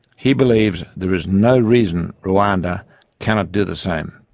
he believes there is no reason rwanda cannot do the same.